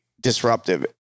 disruptive